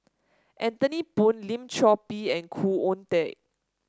Anthony Poon Lim Chor Pee and Khoo Oon Teik